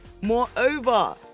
Moreover